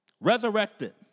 resurrected